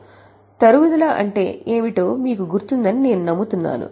కాబట్టి తరుగుదల అంటే ఏమిటో మీకు గుర్తుందని నేను నమ్ముతున్నాను